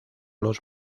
los